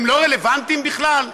הם לא רלוונטיים בכלל?